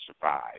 survive